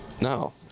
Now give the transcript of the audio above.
No